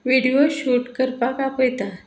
video shoot करपाक आपयता